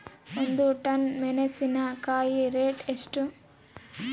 ಒಂದು ಟನ್ ಮೆನೆಸಿನಕಾಯಿ ರೇಟ್ ಎಷ್ಟು?